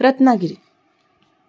Ratnagiri